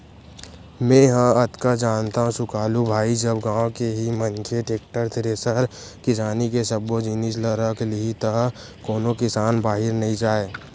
मेंहा अतका जानथव सुकालू भाई जब गाँव के ही मनखे टेक्टर, थेरेसर किसानी के सब्बो जिनिस ल रख लिही त कोनो किसान बाहिर नइ जाय